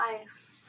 ice